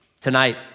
tonight